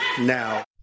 now